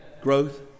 growth